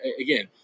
again